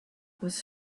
was